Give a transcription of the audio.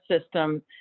system